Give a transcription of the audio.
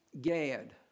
Gad